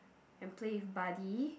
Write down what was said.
and play with Buddy